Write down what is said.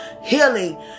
Healing